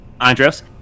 Andros